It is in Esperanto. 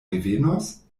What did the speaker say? revenos